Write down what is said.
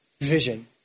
vision